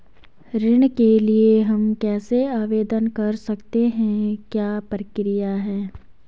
ऋण के लिए हम कैसे आवेदन कर सकते हैं क्या प्रक्रिया है?